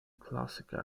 classical